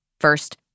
First